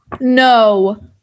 No